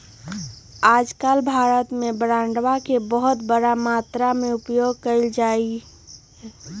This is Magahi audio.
आजकल भारत में बांडवा के बहुत बड़ा मात्रा में उपयोग कइल जाहई